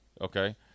Okay